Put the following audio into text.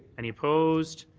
any opposed.